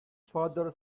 father